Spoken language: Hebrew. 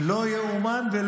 לא ייאמן.